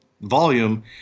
volume